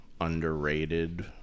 underrated